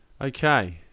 Okay